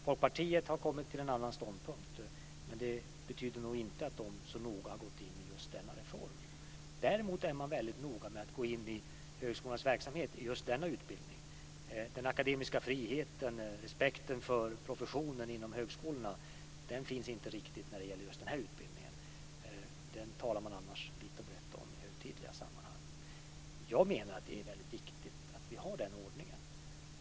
Folkpartiet har kommit till en annan ståndpunkt, men det betyder nog inte att de så noga har gått in i just denna reform. Däremot är man väldigt noga med att gå in i högskolans verksamhet vad gäller just denna utbildning. Den akademiska friheten och respekten för professionen inom högskolorna finns inte riktigt när det gäller just denna utbildning. Det talar man annars vitt och brett om vid högtidliga sammanhang. Jag menar att det är väldigt viktigt att vi har den ordningen.